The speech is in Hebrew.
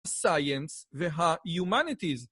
סייאנס והיומניטיז.